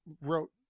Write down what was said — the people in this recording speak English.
wrote